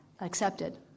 accepted